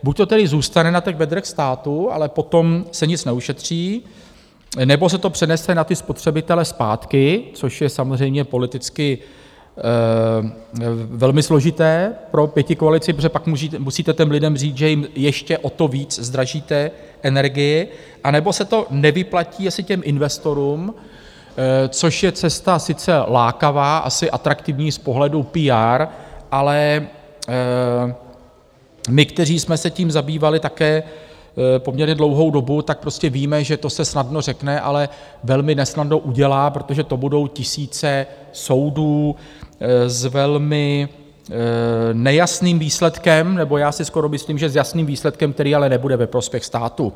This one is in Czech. Buď to tedy zůstane na těch bedrech státu, ale potom se nic neušetří, nebo se to přenese na ty spotřebitele zpátky, což je samozřejmě politicky velmi složité pro pětikoalici, protože pak musíte těm lidem říct, že jim ještě o to víc zdražíte energii, nebo se to nevyplatí asi těm investorům, což je cesta sice lákavá, asi atraktivní z pohledu PR, ale my, kteří jsme se tím zabývali také poměrně dlouhou dobu, tak prostě víme, že to se snadno řekne, ale velmi nesnadno udělá, protože to budou tisíce soudů s velmi nejasným výsledkem, nebo já si skoro myslím, že s jasným výsledkem, který ale nebude ve prospěch státu.